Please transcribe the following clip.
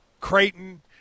Creighton